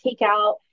takeout